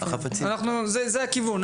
זה הכיוון.